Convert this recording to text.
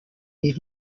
des